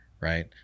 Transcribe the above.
right